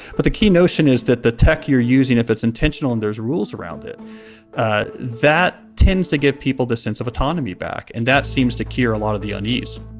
but the key notion is that the tech you're using if it's intentional and there's rules around it ah that tends to give people the sense of autonomy back and that seems to cure a lot of the unease.